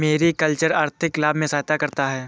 mariculture आर्थिक लाभ में सहायता करता है